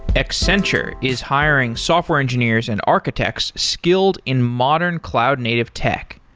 accenture is hiring software engineers and architects skilled in modern cloud native tech.